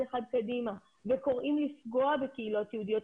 אחד קדימה וקוראים לפגוע בקהילות יהודיות,